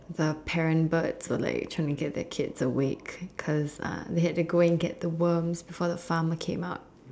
the parent birds were like trying to get their kids awake cause uh they had to go and get the worms before the farmer came out